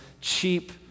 cheap